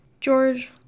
George